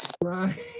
Right